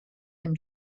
him